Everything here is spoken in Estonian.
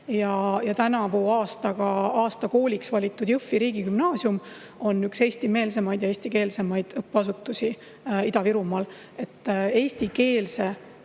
Tänavu aasta kooliks valitud Jõhvi riigigümnaasium on üks eestimeelsemaid ja eestikeelsemaid õppeasutusi Ida-Virumaal. Eestikeelse